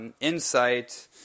insight